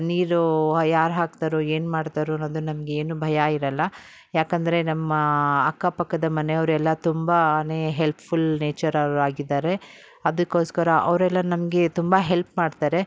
ನೀರು ಯಾರು ಹಾಕ್ತಾರೋ ಏನು ಮಾಡ್ತಾರೋ ಅನ್ನೋದು ನಮಗೆ ಏನು ಭಯ ಇರೋಲ್ಲ ಯಾಕೆಂದ್ರೆ ನಮ್ಮ ಅಕ್ಕಪಕ್ಕದ ಮನೆಯವರೆಲ್ಲ ತುಂಬನೇ ಹೆಲ್ಪ್ಫುಲ್ ನೇಚರವರಾಗಿದ್ದಾರೆ ಅದಕ್ಕೋಸ್ಕರ ಅವರೆಲ್ಲ ನಮಗೆ ತುಂಬ ಹೆಲ್ಪ್ ಮಾಡ್ತಾರೆ